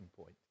point